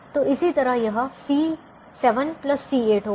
तो इसी तरह यह C7 C8 होगा